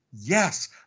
yes